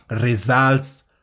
results